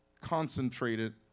concentrated